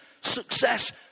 success